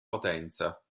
potenza